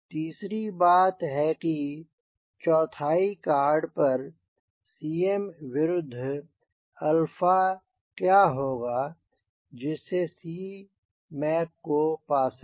तीसरी बात है कि चौथाई कॉर्ड पर Cm विरुद्ध क्या होगा जिससेCmac को पा सकें